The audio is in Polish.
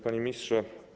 Panie Ministrze!